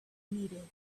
needed